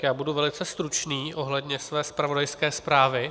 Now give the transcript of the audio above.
Já budu velice stručný ohledně své zpravodajské zprávy.